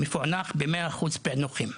מפוענח ב-100 אחוז פיענוחים,